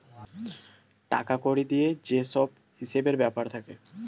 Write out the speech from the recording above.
টাকা কড়ি দিয়ে যে সব হিসেবের ব্যাপার থাকে